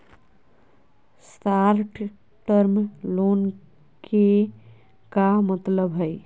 Short term loan के का मतलब हई?